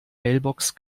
mailbox